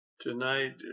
tonight